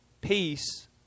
peace